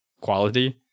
quality